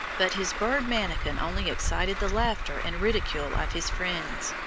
but his bird manikin only excited the laughter and ridicule of his friends.